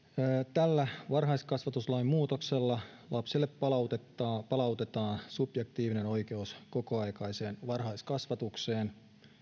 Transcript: tällä varhaiskasvatuslain muutoksella lapselle palautetaan subjektiivinen oikeus kokoaikaiseen varhaiskasvatukseen